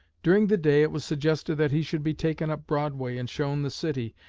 during the day it was suggested that he should be taken up broadway and shown the city,